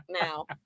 now